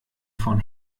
von